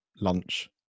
lunch